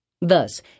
Thus